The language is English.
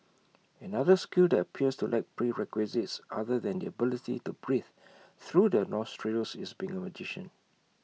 another skill that appears to lack prerequisites other than the ability to breathe through the nostrils is being A magician